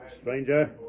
Stranger